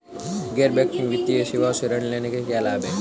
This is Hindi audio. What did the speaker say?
गैर बैंकिंग वित्तीय सेवाओं से ऋण लेने के क्या लाभ हैं?